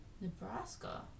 Nebraska